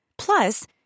Plus